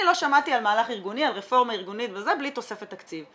אני לא שמעתי על רפורמה ארגונית בלי תוספת תקציב.